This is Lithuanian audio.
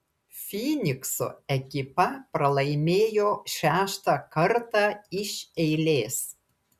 fynikso ekipa pralaimėjo šeštą kartą iš eilės